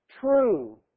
True